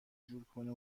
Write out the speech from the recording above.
جورکنه